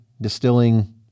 distilling